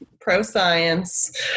pro-science